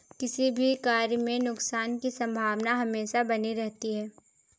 किसी भी कार्य में नुकसान की संभावना हमेशा बनी रहती है